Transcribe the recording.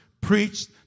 preached